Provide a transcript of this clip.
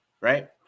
Right